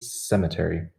cemetery